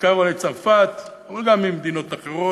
בעיקר באים מצרפת, אבל גם ממדינות אחרות.